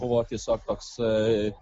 buvo tiesiog toksai